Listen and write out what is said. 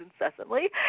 incessantly